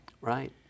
Right